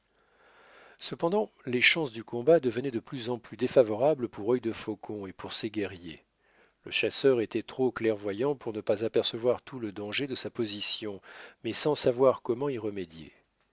cependant les chances du combat devenaient de plus en plus défavorables pour œil de faucon et pour ses guerriers le chasseur était trop clairvoyant pour ne pas apercevoir tout le danger de sa position mais sans savoir comment y remédier